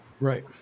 Right